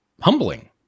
humbling